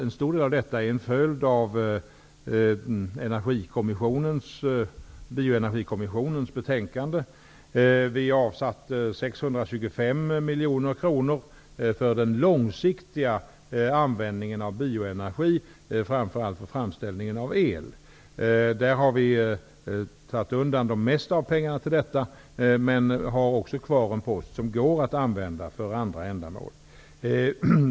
En stor del av detta är en följd av Vi avsatte 625 miljoner kronor för den långsiktiga användningen av bioenergi, framför allt för framställningen av el. Vi har tagit undan det mesta av pengarna till detta men har också kvar en post som går att använda för andra ändamål.